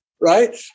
right